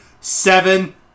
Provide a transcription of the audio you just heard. seven